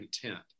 content